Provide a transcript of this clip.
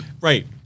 Right